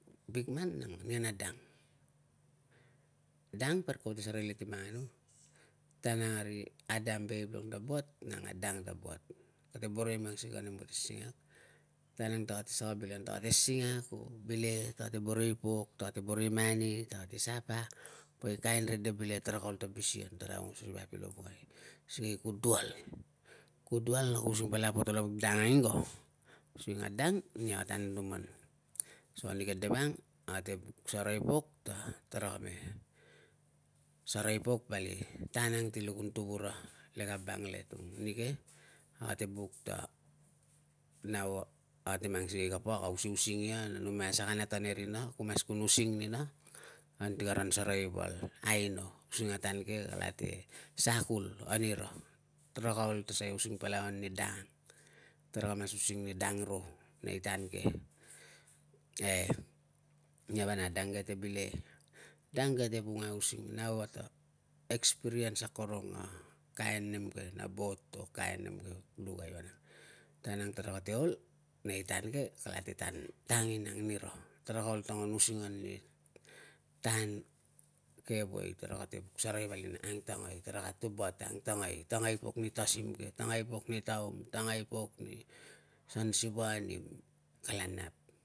Bik man nang nia na dang. Dang parik kata serei le ti manganu. Tang ang a ri adam ve eve kilung ta buat, nang a dang te buat. Kate boro i mang sikei a nem kate singak. Tan ang ta kate saka bilan, ta kate singak o bile, ta kate boro i pok, kate boro i money, tara te suffer, poi rede bile tara ka ol ta bisi an, tara aungos ri vap i lovongai. Sikei ku dual, du dual na ku using palau na potol a vuk dang ang ingo, using a dang nia kate anutuman. so nike te vang, a kate buk sarai pok ta taraka me sarai pok vali tan ang si lukun tuvura le kabangle tung nike ate buk ta nau ate mang sikei kapa naka usiusing ia na numai a saka nat an e rina ku mas kun using nina anti karan sarai val aino using a tan ke kalate sakol anira. Taraka ol ta suai using palau ani dang ang, taraka using ani dang ro nei tan ke. E, ninia vanang na dang ke kate bile. Dang ke kate vunga using nau, ata experience akorong a kain nem ke na bot o kain nem ke pulukai vanang. Tan ang tara kate ol nei tan ke, kalate tan tangin anira. Tara ka ol ta ngon using ani tan ke woe tara kate buk sarai vali na, angtangai. Taraka tung bat na angtangai. Tangai pok ni tasim, tangai pok ni taum, tangai pok ni sansivanim, kala nap.